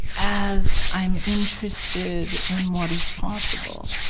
as i'm interested in what is possible,